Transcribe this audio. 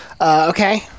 okay